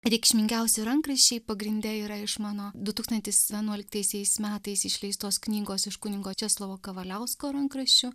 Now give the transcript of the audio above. reikšmingiausi rankraščiai pagrinde yra iš mano du tūkstantis vienuoliktaisiais metais išleistos knygos iš kunigo česlovo kavaliausko rankraščių